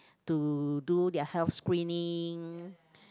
to do their health screening